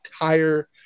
entire